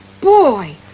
boy